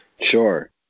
Sure